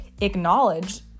acknowledge